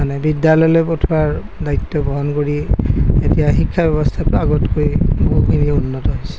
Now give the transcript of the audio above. মানে বিদ্যালয়লৈ পঠোৱাৰ দায়িত্ব বহন কৰি এতিয়া শিক্ষাৰব্যৱস্থাটো আগতকৈ বহুখিনি উন্নত হৈছে